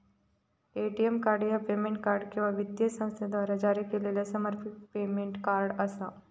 ATM card ह्या payment card किंवा वित्तीय संस्थेद्वारा जारी केलेला समर्पित पेमेंट कार्ड असा